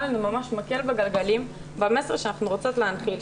לנו מקל בגלגלים במסר שאנחנו רוצות להנחיל,